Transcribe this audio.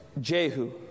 Jehu